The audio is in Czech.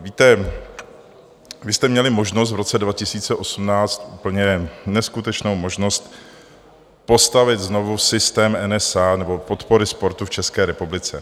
Víte, vy jste měli možnost v roce 2018, úplně neskutečnou možnost postavit znovu systém NSA nebo podpory sportu v České republice.